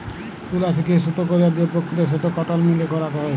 তুলো থেক্যে সুতো কইরার যে প্রক্রিয়া সেটো কটন মিলে করাক হয়